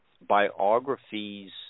biographies